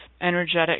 energetic